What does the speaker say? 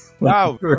wow